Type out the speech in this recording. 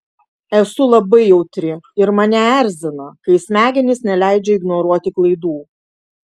esu labai jautri ir mane erzina kai smegenys neleidžia ignoruoti klaidų